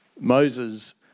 Moses